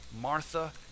Martha